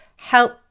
help